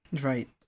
right